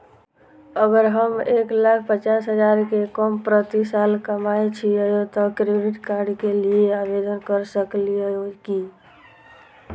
अगर हम एक लाख पचास हजार से कम प्रति साल कमाय छियै त क्रेडिट कार्ड के लिये आवेदन कर सकलियै की?